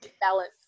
balance